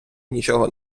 нічого